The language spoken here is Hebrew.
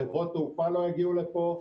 חברות תעופה לא יגיעו לפה,